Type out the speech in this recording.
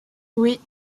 oui